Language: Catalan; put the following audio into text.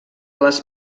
les